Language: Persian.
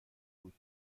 بود